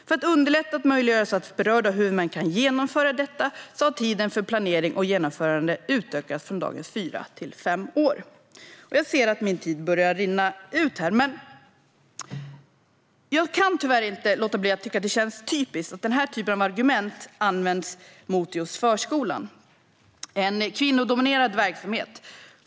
För att underlätta och möjliggöra att berörda huvudmän kan genomföra detta har tiden för planering och genomförande utökats från dagens fyra år till fem år. Jag ser att min talartid börjar rinna ut. Men jag kan tyvärr inte låta bli att tycka att det känns typiskt att denna typ av argument används mot just förskolan, en kvinnodominerad verksamhet.